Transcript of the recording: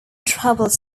troubles